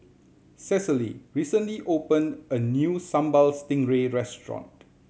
Cecily recently opened a new Sambal Stingray restaurant